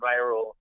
viral